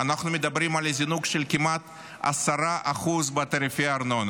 אנחנו מדברים על זינוק של כמעט 10% בתעריפי הארנונה.